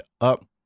up